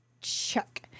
Chuck